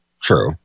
True